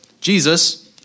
Jesus